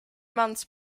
months